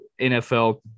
NFL